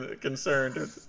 concerned